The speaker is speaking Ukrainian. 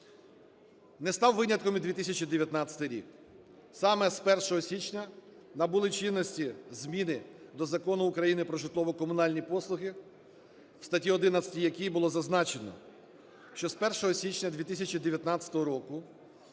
Не став винятком і 2019 рік. Саме з 1 січня набули чинності зміни до Закону України "Про житлово-комунальні послуги", в статті 11 якого було зазначено, що з 1 січня 2019 року